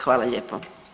Hvala lijepo.